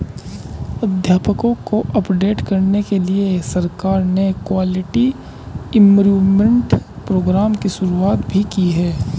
अध्यापकों को अपडेट करने के लिए सरकार ने क्वालिटी इम्प्रूव्मन्ट प्रोग्राम की शुरुआत भी की है